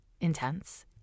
intense